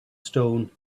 stone